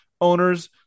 owners